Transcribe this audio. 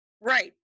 right